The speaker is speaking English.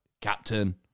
captain